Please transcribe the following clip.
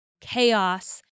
Chaos